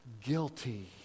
guilty